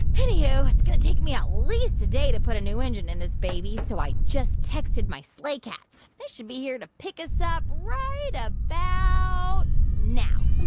anyhoo, it's going to take me at least a day to put a new engine in this baby. so i just texted my sleigh cats. they should be here to pick us up right about now